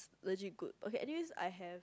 legit good okay anyway I have